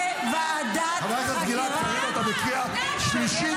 --- חבר הכנסת גלעד קריב, אתה בקריאה שלישית.